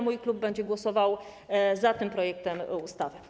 Mój klub będzie głosował za tym projektem ustawy.